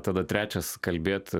tada trečias kalbėt